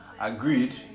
Agreed